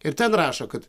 ir ten rašo kad